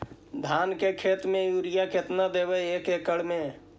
धान के खेत में युरिया केतना देबै एक एकड़ में?